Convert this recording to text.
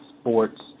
sports